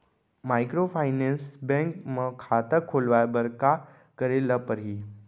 Microfinance bank म खाता खोलवाय बर का करे ल परही?